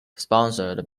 sponsored